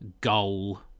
goal